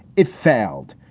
it failed.